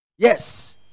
yes